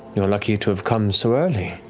you're lucky to have come so early.